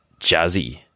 Jazzy